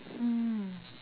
mm